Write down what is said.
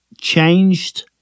changed